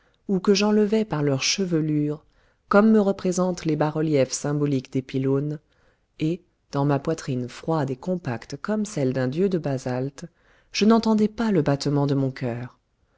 ou que j'enlevais par leurs chevelures comme me représentent les bas-reliefs symboliques des pylônes et dans ma poitrine froide et compacte comme celle d'un dieu de basalte je n'entendais pas le battement de mon cœur